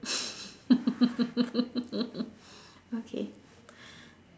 okay